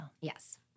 Yes